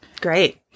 Great